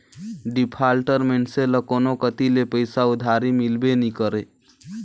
defaulter मइनसे ल कोनो कती ले पइसा उधारी मिलबे नी करे